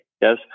Yes